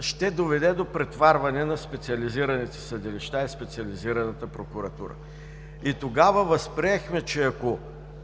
ще доведе до претоварване на специализираните съдилища и Специализираната прокуратура. И тогава възприехме, че ако